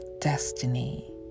destiny